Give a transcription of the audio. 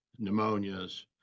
pneumonias